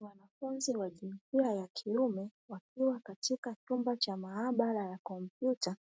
Wanafunzi wa jinsia ya kiume wakiwa katika chumba cha maabara ya kompyuta